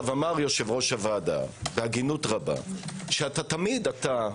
אמר יושב-ראש הוועדה בהגינות רבה שתמיד אתה,